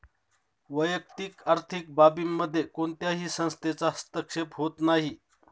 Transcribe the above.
वैयक्तिक आर्थिक बाबींमध्ये कोणत्याही संस्थेचा हस्तक्षेप होत नाही